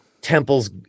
Temple's